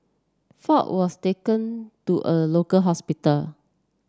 ford was taken to a local hospital